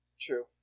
True